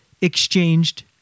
exchanged